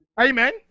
Amen